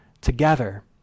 together